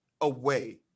away